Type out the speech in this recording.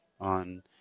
on